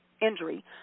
injury